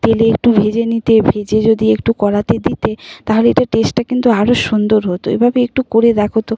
তেলে একটু ভেজে নিতে ভেজে যদি একটু কড়াতে দিতে তাহলে এটার টেস্টটা কিন্তু আরো সুন্দর হতো এভাবে একটু করে দেখ তো